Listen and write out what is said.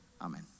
Amen